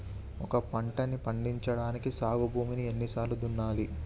ఒక పంటని పండించడానికి సాగు భూమిని ఎన్ని సార్లు దున్నాలి?